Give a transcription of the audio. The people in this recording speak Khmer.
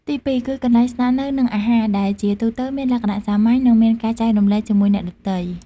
ទីពីរគឺ កន្លែងស្នាក់នៅ និងអាហារ ដែលជាទូទៅមានលក្ខណៈសាមញ្ញនិងមានការចែករំលែកជាមួយអ្នកដទៃ។